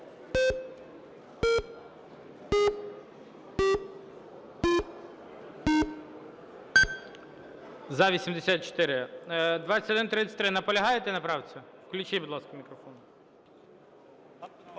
За-84 2133. Наполягаєте на правці? Включіть, будь ласка, мікрофон.